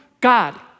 God